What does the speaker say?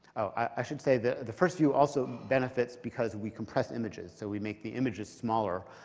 i should say the the first view also benefits because we compress images. so we make the images smaller,